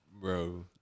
Bro